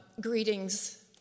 greetings